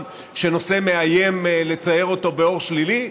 שנושא מאיים לצייר אותו באור שלילי,